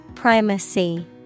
Primacy